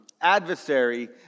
adversary